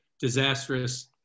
disastrous